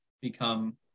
become